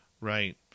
right